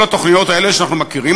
כל התוכניות האלה שאנחנו מכירים,